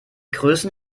größten